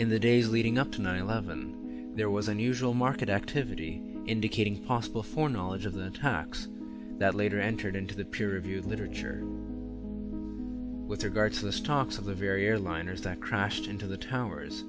in the days leading up to nine eleven there was unusual market activity indicating possible for knowledge of the attacks that later entered into the peer reviewed literature with regard to the stalks of the very airliners that crashed into the towers